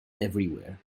everywhere